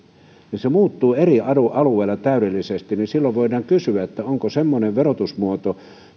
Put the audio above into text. että se muuttuu eri alueilla täydellisesti ja silloin voidaan kysyä onko semmoinen verotusmuoto